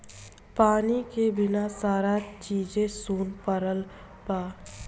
पानी के बिना सारा चीजे सुन परल बा